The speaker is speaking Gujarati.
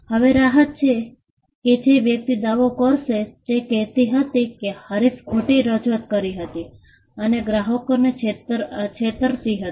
હવે રાહત કે જે વ્યક્તિ દાવો કરશે તે કહેતી હતી કે હરીફ ખોટી રજૂઆત કરી હતી અને ગ્રાહકોને છેતરતી હતી